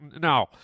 no